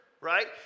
right